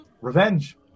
revenge